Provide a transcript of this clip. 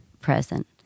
present